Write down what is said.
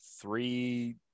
three